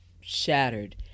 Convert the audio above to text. shattered